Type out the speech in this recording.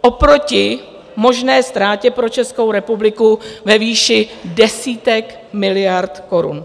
oproti možné ztrátě pro Českou republiku ve výši desítek miliard korun.